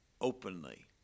openly